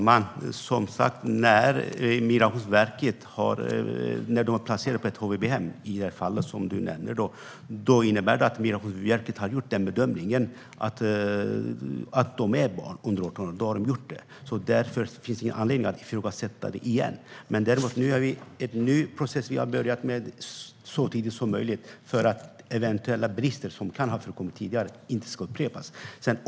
Fru talman! När Migrationsverket har placerat någon på ett HVB-hem, som i det fall Mikael Cederbratt nämner, innebär det som sagt att Migrationsverket har gjort bedömningen att personen är ett barn under 18 år. Man har gjort den bedömningen, och därför finns ingen anledning att ifrågasätta det igen. Nu har vi däremot börjat med en ny process där bedömningen ska ske så tidigt som möjligt, för att eventuella brister som kan ha förekommit tidigare inte ska upprepas.